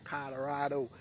Colorado